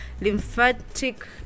Lymphatic